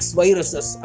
viruses